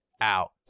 Out